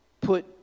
put